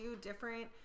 different